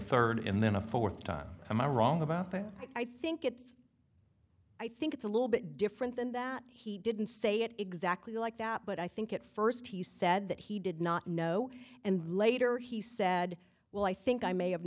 third and then a fourth time am i wrong about that i think it's i think it's a little bit different than that he didn't say it exactly like that but i think at first he said that he did not know and later he said well i think i may have